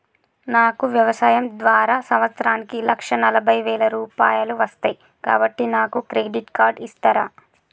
నాకు వ్యవసాయం ద్వారా సంవత్సరానికి లక్ష నలభై వేల రూపాయలు వస్తయ్, కాబట్టి నాకు క్రెడిట్ కార్డ్ ఇస్తరా?